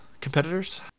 competitors